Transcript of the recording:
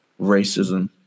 racism